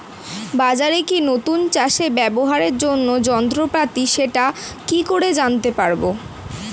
বাজারে কি নতুন চাষে ব্যবহারের জন্য যন্ত্রপাতি সেটা কি করে জানতে পারব?